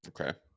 Okay